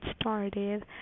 started